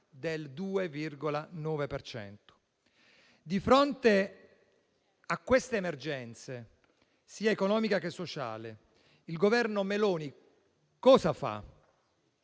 per cento. Di fronte a questa emergenza, sia economica che sociale, il Governo Meloni cosa fa?